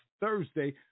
Thursday